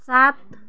सात